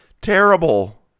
terrible